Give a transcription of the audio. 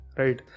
right